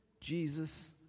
Jesus